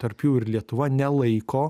tarp jų ir lietuva nelaiko